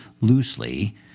loosely –